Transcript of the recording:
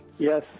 Yes